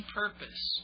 purpose